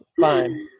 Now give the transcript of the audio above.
Fine